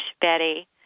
Betty